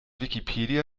wikipedia